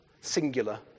singular